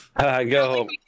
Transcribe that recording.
go